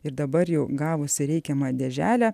ir dabar jau gavusi reikiamą dėželę